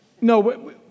no